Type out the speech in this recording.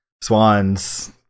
Swans